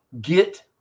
Get